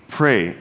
pray